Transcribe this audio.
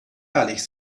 ehrlich